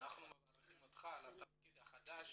אנחנו מברכים אותך על התפקיד החדש